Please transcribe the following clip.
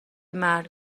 مرگ